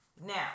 Now